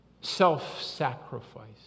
self-sacrifice